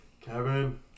kevin